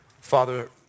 Father